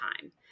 time